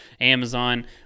amazon